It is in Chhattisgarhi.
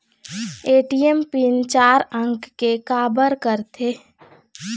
ए.टी.एम पिन चार अंक के का बर करथे?